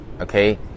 okay